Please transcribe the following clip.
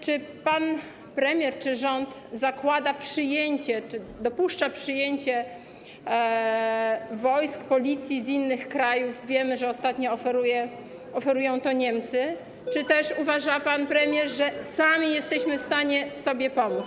Czy pan premier, czy rząd zakłada przyjęcie czy dopuszcza przyjęcie wojsk, policji z innych krajów - wiemy, że ostatnio oferują to Niemcy - czy też uważa pan premier, że sami jesteśmy w stanie sobie pomóc?